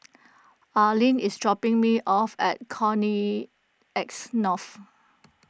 Arlin is dropping me off at Connexis North